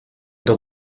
der